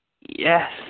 yes